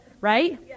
right